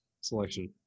selection